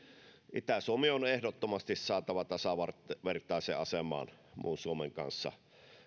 itä suomi on ehdottomasti saatava tasavertaiseen asemaan muun suomen kanssa